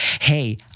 hey